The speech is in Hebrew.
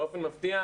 באופן מפתיע,